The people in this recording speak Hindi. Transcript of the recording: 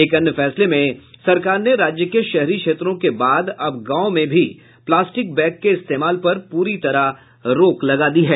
एक अन्य फैसले में सरकार ने राज्य के शहरी क्षेत्रों के बाद अब गांव में भी प्लास्टिक बैग के इस्तेमाल पर पूरी तरह रोक लगा दी है